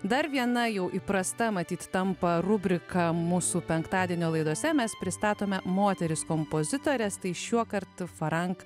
dar viena jau įprasta matyt tampa rubrika mūsų penktadienio laidose mes pristatome moteris kompozitores tai šiuokart ftank